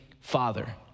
Father